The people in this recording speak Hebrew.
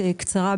קצרה,